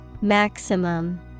Maximum